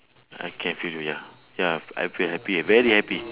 I can feel ya ya I'm very happy very happy